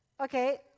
okay